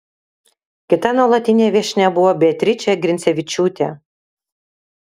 kita nuolatinė viešnia buvo beatričė grincevičiūtė